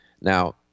Now